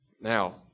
Now